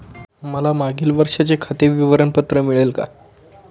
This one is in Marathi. मला मागील वर्षाचे खाते विवरण पत्र मिळेल का?